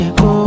go